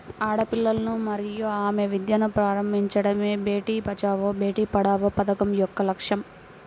ఆడపిల్లలను మరియు ఆమె విద్యను ప్రారంభించడమే బేటీ బచావో బేటి పడావో పథకం యొక్క లక్ష్యం